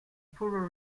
poorer